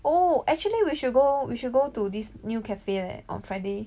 oh actually we should go we should go to this new cafe leh on Friday